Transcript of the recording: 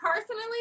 personally